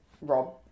Rob